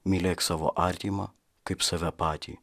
mylėk savo artimą kaip save patį